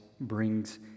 brings